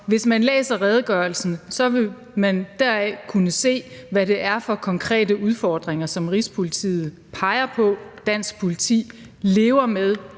hvis man læser redegørelsen, vil man deraf kunne se, hvad det er for konkrete udfordringer, som Rigspolitiet peger på at dansk politi lever med